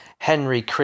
Henry